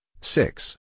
six